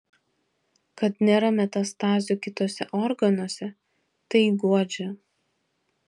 kad nėra metastazių kituose organuose tai guodžia